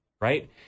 Right